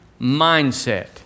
mindset